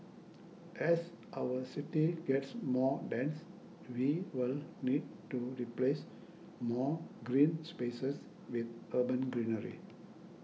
as our city gets more dense we will need to replace more green spaces with urban greenery